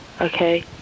okay